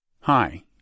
Hi